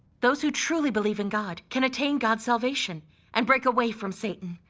those who truly believe in god can attain god's salvation and break away from satan.